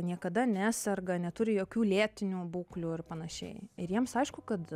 niekada neserga neturi jokių lėtinių būklių ir panašiai ir jiems aišku kad